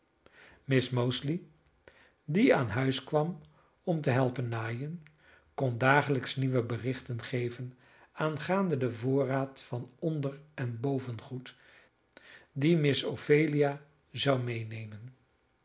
miss mosely die aan huis kwam om te helpen naaien kon dagelijks nieuwe berichten geven aangaande den voorraad van onder en bovengoed dien miss ophelia zou medenemen